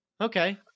Okay